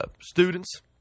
students